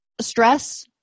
Stress